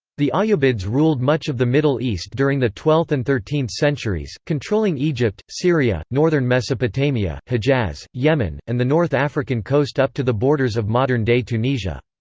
the ayyubids ruled much of the middle east during the twelfth and thirteenth centuries, controlling egypt, syria, northern mesopotamia, hejaz, yemen, and the north african coast up to the borders of modern-day tunisia.